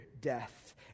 death